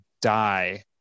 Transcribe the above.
die